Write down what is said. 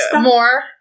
more